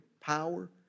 power